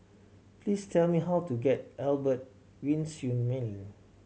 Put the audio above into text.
please tell me how to get Albert Winsemius Lane